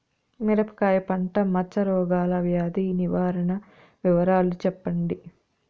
మిరపకాయ పంట మచ్చ రోగాల వ్యాధి నివారణ వివరాలు చెప్పండి?